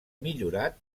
millorat